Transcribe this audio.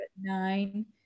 nine